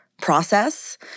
process